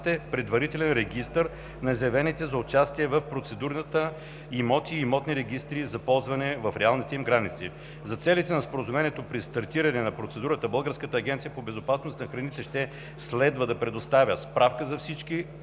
предварителен регистър на заявените за участие в процедурата имоти и имотите, регистрирани за ползване в реалните им граници. За целите на споразумението при стартиране на процедурата Българската агенция по безопасност на храните ще следва да предоставя справка за всички